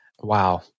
Wow